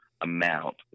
amount